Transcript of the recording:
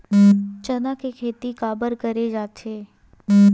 चना के खेती काबर करे जाथे?